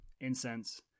incense